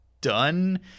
done